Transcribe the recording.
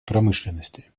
промышленности